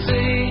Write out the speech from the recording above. See